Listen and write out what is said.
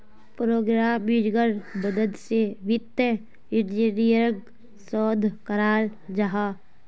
प्रोग्रम्मिन्गेर मदद से वित्तिय इंजीनियरिंग शोध कराल जाहा